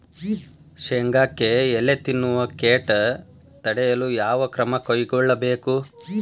ಶೇಂಗಾಕ್ಕೆ ಎಲೆ ತಿನ್ನುವ ಕೇಟ ತಡೆಯಲು ಯಾವ ಕ್ರಮ ಕೈಗೊಳ್ಳಬೇಕು?